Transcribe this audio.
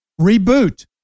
Reboot